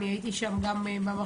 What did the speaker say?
הייתי שם במחוז,